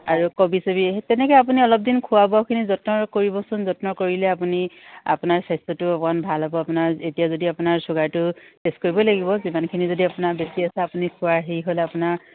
আৰু কবি চবি সেই তেনেকৈ আপুনি অলপ দিন খোৱা বোৱাখিনি যত্ন কৰিবচোন যত্ন কৰিলে আপুনি আপোনাৰ স্বাস্থ্যটো অকণমান ভাল হ'ব আপোনাৰ এতিয়া যদি আপোনাৰ চুগাৰটো টেষ্ট কৰিবই লাগিব যিমানখিনি যদি আপোনাৰ বেছি আছে আপুনি খোৱা হেৰি হ'লে আপোনাৰ